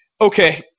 Okay